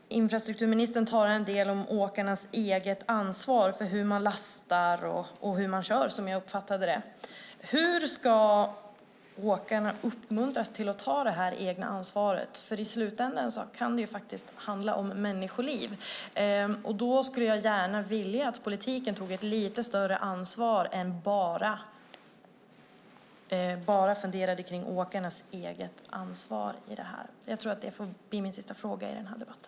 Infrastrukturministern talar en del om åkarnas eget ansvar för hur de lastar och hur de kör, som jag uppfattade det. Hur ska åkarna uppmuntras till att ta detta egna ansvar? I slutänden kan det handla om människoliv. Jag skulle gärna vilja att politiken tog ett lite större ansvar än att bara fundera på åkarnas eget ansvar i detta. Det får bli min sista fråga i debatten.